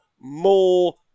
more